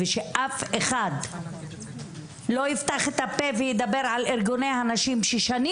שאף אחד לא יפתח את הפה וידבר על ארגוני הנשים ששנים